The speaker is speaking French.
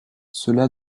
cela